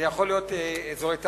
זה יכול להיות אזורי תעשייה,